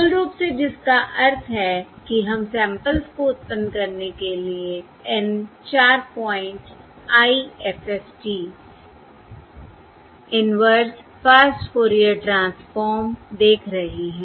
मूल रूप से जिसका अर्थ है कि हम सैंपल्स को उत्पन्न करने के लिए N 4 point IFFT inverse fast Fourier transform देख रहे हैं